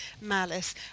malice